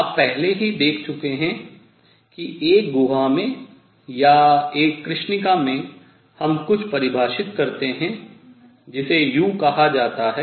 आप पहले ही देख चुके हैं कि एक गुहा में या एक कृष्णिका में हम कुछ परिभाषित करते हैं जिसे u कहा जाता है